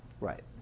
Right